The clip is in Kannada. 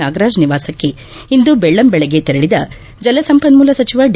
ನಾಗರಾಜ್ ನಿವಾಸಕ್ತ ಇಂದು ಬೆಳ್ಳಂಬೆಳಗ್ಗೆ ತೆರಳದ ಜಲಸಂಪನ್ಮೂಲ ಸಚಿವ ಡಿ